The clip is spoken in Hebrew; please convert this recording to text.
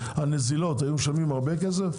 על נזילות היו משלמים הרבה כסף,